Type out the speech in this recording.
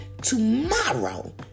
tomorrow